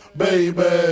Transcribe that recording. baby